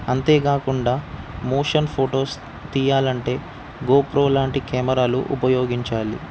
అంతేకాకుండా motion photos తీయాలి అంటే గోప్రో లాంటి కెమెరాలు ఉపయోగించాలి